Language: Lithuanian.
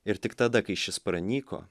ir tik tada kai šis pranyko